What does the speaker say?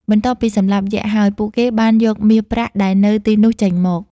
បន្ទាប់ពីសម្លាប់យក្សហើយ ពួកគេបានយកមាសប្រាក់ដែលនៅទីនោះចេញមក ។